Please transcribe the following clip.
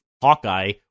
Hawkeye